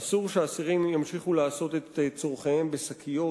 אסור שאסירים ימשיכו לעשות את צורכיהם בשקיות,